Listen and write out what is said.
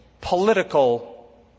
political